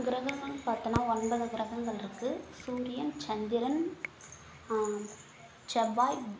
கிரங்கள்னு பார்த்தோனா ஒன்பது கிரகங்கள்ருக்கு சூரியன் சந்திரன் செவ்வாய்